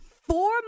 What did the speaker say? Four